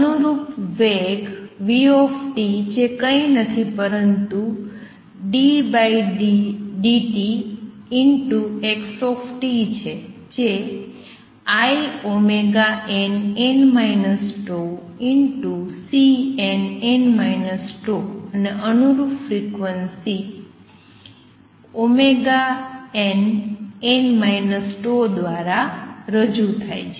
અનુરૂપ વેગ v જે કંઇ નહીં પરંતુ ddtx છે જે inn τCnn τ અને અનુરૂપ ફ્રિક્વન્સી ωnn τ દ્વારા રજૂ થાય છે